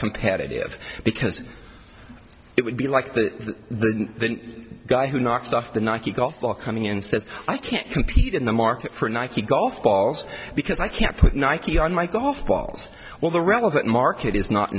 competitive because it would be like the guy who knocks off the nike golf ball coming in and says i can't compete in the market for nike golf balls because i can't put nike on my golf balls well the rebel that market is not